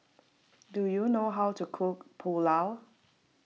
do you know how to cook Pulao